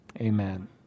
Amen